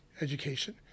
education